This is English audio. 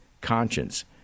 conscience